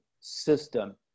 system